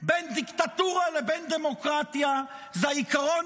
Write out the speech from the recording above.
בין דיקטטורה לבין דמוקרטיה זה העיקרון